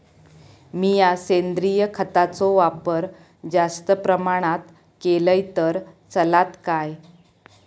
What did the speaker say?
मीया सेंद्रिय खताचो वापर जास्त प्रमाणात केलय तर चलात काय?